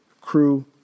crew